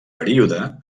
període